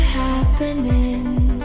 happening